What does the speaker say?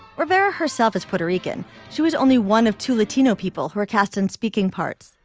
rivera herself is puerto rican she was only one of two latino people who are cast in speaking parts.